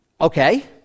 okay